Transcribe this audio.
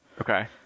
Okay